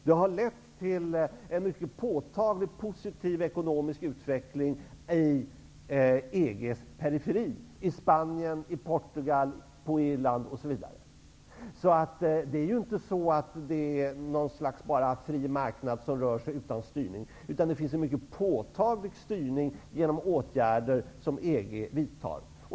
Det har lett till en mycket påtaglig positiv ekonomisk utveckling i EG:s periferi, i Spanien, Portugal, Irland osv. Det handlar alltså inte om en fri marknad som rör sig utan styrning. Det finns en mycket påtaglig styrning genom åtgärder som EG vidtar.